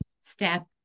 step